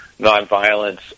nonviolence